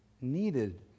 needed